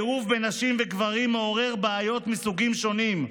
העירוב בין נשים וגברים מעורר בעיות מסוגים שונים,